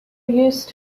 used